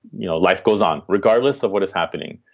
you know, life goes on regardless of what is happening.